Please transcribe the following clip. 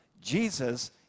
Jesus